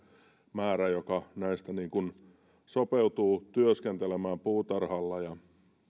määrä joka sopeutuu työskentelemään puutarhalla